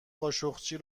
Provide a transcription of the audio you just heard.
خاشقچی